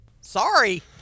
Sorry